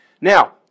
Now